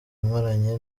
maranye